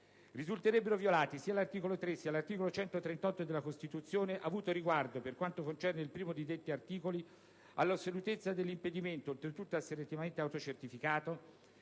Risulterebbero violati sia l'articolo 3, sia l'articolo 138 della Costituzione, avuto riguardo, per quanto concerne il primo di detti articoli, all'assolutezza dell'impedimento, oltretutto asseritamente autocertifìcato,